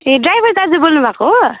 ए driver दाजु बोल्नुभएको हो